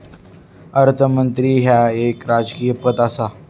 अर्थमंत्री ह्या एक राजकीय पद आसा